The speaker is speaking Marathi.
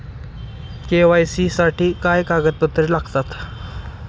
के.वाय.सी साठी काय कागदपत्रे लागतात?